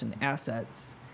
assets